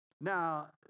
Now